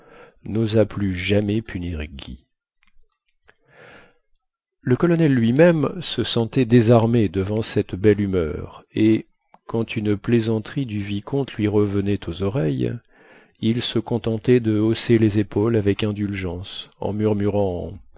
nosa plus jamais punir guy le colonel lui-même se sentait désarmé devant cette belle humeur et quand une plaisanterie du vicomte lui revenait aux oreilles il se contentait de hausser les épaules avec indulgence en murmurant